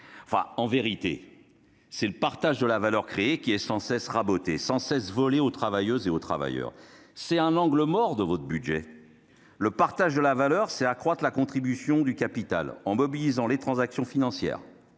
En vérité, le partage de la valeur créée est sans cesse raboté et sans cesse volé aux travailleuses et aux travailleurs- en voilà un angle mort dans votre budget ! Partager la valeur, c'est pourtant accroître la contribution du capital, en mobilisant les transactions financières,